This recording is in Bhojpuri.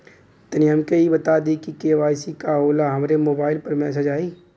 तनि हमके इ बता दीं की के.वाइ.सी का होला हमरे मोबाइल पर मैसेज आई?